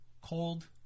cold